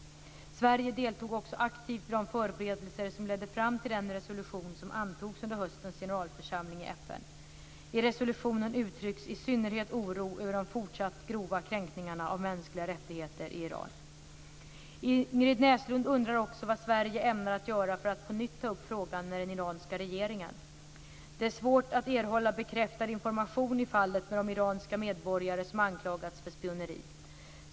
Sverige deltog också aktivt i de förberedelser som ledde fram till den resolution som antogs under höstens generalförsamling i FN. I resolutionen uttrycks i synnerhet oro över de fortsatt grova kränkningarna av mänskliga rättigheter i Iran. Ingrid Näslund undrar också vad Sverige ämnar att göra för att på nytt ta upp frågan med den iranska regeringen. Det är svårt att erhålla bekräftad information i fallet med de iranska medborgare som anklagats för spioneri.